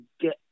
get